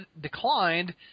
declined